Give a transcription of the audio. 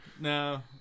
No